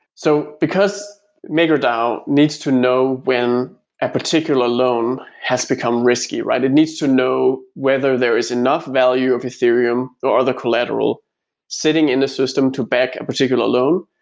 so because makerdao needs to know when a particular loan has become risky, right? it needs to know whether there is enough value of ethereum, or the collateral sitting in the system to back a particular loan,